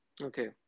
okay